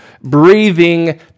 breathing